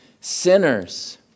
sinners